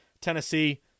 Tennessee